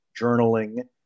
journaling